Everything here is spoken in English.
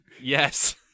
Yes